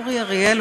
השר אורי אריאל,